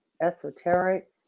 esoteric